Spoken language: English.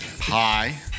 Hi